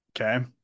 Okay